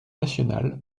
nationales